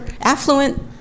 affluent